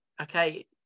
Okay